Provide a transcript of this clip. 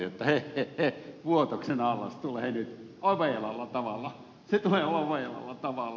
heh heh heh vuotoksen allas tulee nyt ovelalla tavalla se tulee ovelalla tavalla